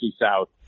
South